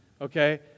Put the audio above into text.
Okay